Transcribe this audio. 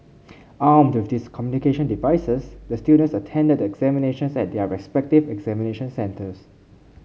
armed with these communication devices the students attended the examinations at their respective examination centres